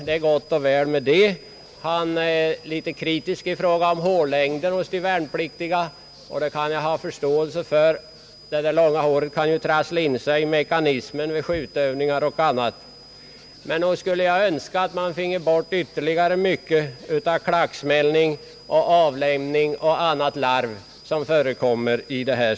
Det är nog gott och väl. Han är litet kritisk i fråga om de värnpliktigas hårlängd. Det kan jag ha förståelse för. Det långa håret kan ju trassla in sig i mekanismen vid skjutövningar. Men nog skulle jag önska att man finge bort ytterligare mycket av klacksmällning, avlämning och annat larv.